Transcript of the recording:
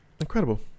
incredible